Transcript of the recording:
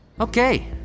Okay